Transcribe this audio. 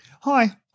Hi